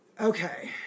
Okay